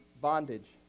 bondage